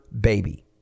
baby